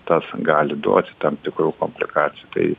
tas gali duoti tam tikrų komplikacijų tai